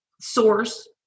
source